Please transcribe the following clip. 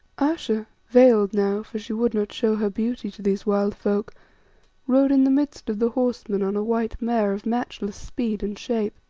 ayesha, veiled now for she would not show her beauty to these wild folk rode in the midst of the horse-men on a white mare of matchless speed and shape.